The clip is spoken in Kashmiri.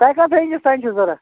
تۄہہِ کَتھ رینجَس تانۍ چھُو ضروٗرت